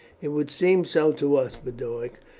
it would seem so to us, boduoc,